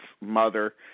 mother